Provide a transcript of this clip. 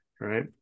right